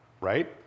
right